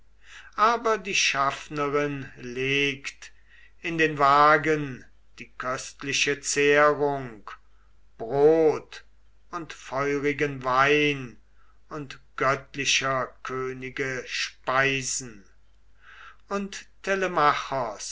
aber die schaffnerin legt in den wagen die köstliche zehrung brot und feurigen wein und göttlicher könige speisen und